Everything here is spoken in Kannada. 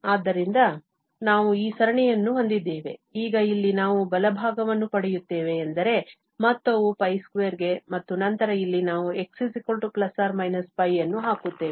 ಆದ್ದರಿಂದ ನಾವು ಈ ಸರಣಿಯನ್ನು ಹೊಂದಿದ್ದೇವೆ ಈಗ ಇಲ್ಲಿ ನಾವು ಬಲಭಾಗವನ್ನು ಪಡೆಯುತ್ತೇವೆ ಎಂದರೆ ಮೊತ್ತವು π 2 ಮತ್ತು ನಂತರ ಇಲ್ಲಿ ನಾವು x ± π ಅನ್ನು ಹಾಕುತ್ತೇವೆ